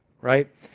right